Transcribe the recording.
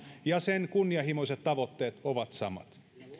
ja sen kunnianhimoiset tavoitteet ovat samat